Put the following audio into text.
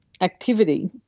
activity